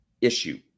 issue